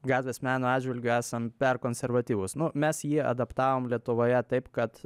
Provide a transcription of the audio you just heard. gatvės meno atžvilgiu esam per konservatyvūs nu mes jį adaptavom lietuvoje taip kad